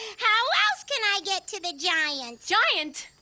how else can i get to the giant? giant?